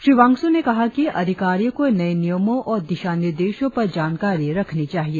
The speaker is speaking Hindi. श्री वांगसु ने कहा कि अधिकारियों को नए नियमों और दिशा निर्देशों पर जानकारी रखनी चाहिए